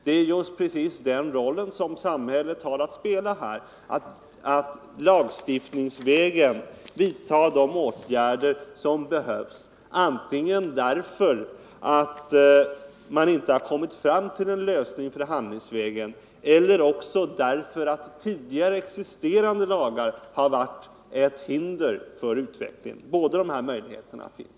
Det är just precis den rollen som samhället har att spela: att lagstiftningsvägen vidtaga de åtgärder som behövs antingen därför att man inte har kommit fram till en lösning förhandlingsvägen eller också därför att tidigare existerande lagar har varit ett hinder för utvecklingen. Båda de här möjligheterna finns.